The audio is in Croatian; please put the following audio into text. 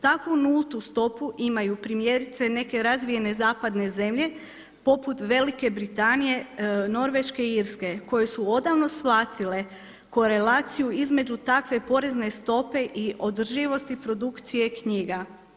Takvu nultu stopu imaju primjerice neke razvijene zapadne zemlje poput Velike Britanije, Norveške i Irske koje su odavno shvatile korelaciju između takve porezne stope i održivosti produkcije knjiga.